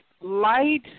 light